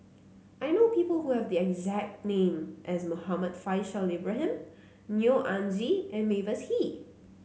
I know people who have the exact name as Muhammad Faishal Ibrahim Neo Anngee and Mavis Hee